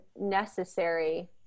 necessary